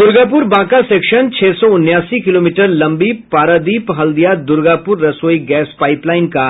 Durgapur Banka section छह सौ उनासी किलोमीटर लंबी पारादीप हल्दिया दुर्गापुर रसोई गैस पाईपलाइन का